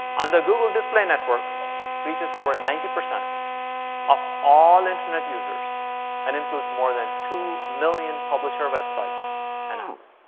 on the google display network reaches over ninety percent of all internet users and influence more than two million publisher websites and apps.